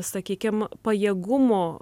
sakykim pajėgumo